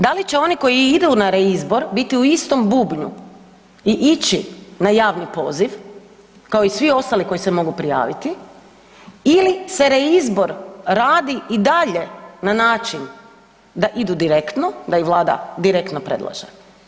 Da li će oni koji idu na reizbor biti u istom bubnju i ići na javni poziv kao i svi ostali koji se mogu prijaviti ili se reizbor radi i dalje na način da idu direktno, da ih vlada direktno predlaže?